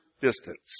distance